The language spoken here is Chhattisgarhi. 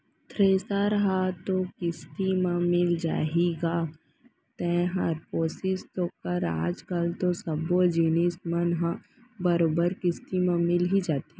थेरेसर हर तो किस्ती म मिल जाही गा तैंहर कोसिस तो कर आज कल तो सब्बो जिनिस मन ह बरोबर किस्ती म मिल ही जाथे